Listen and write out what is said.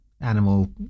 animal